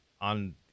on